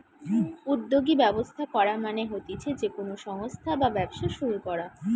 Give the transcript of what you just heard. উদ্যোগী ব্যবস্থা করা মানে হতিছে যে কোনো সংস্থা বা ব্যবসা শুরু করা